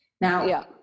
Now